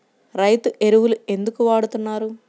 రైతు ఎరువులు ఎందుకు వాడుతున్నారు?